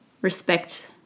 respect